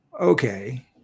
Okay